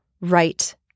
right